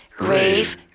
rave